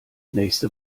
nächste